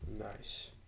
Nice